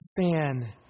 fan